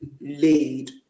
lead